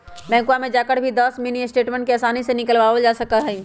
बैंकवा में जाकर भी दस मिनी स्टेटमेंट के आसानी से निकलवावल जा सका हई